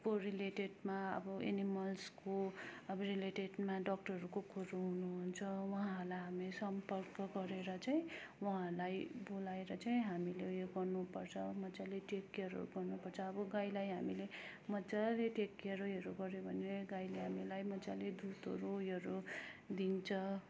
को रिलेटेडमा अब एनिमल्सको अब रिलेटेडमा डक्टरहरू को कोहरू हुनुहुन्छ उहाँहरूलाई हामी सम्पर्क गरेर चाहिँ उहाँहरूलाई बोलाएर चाहिँ हामीले उयो गर्नुपर्छ मजाले टेक केयरहरू गर्नुपर्छ अब गाईलाई हामीले मजाले टेक केयरहरू गर्यो भने गाईले हामीलाई मजाले दुधहरू उयोहरू दिन्छ